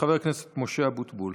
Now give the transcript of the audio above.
חבר הכנסת משה אבוטבול.